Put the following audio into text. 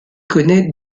connaît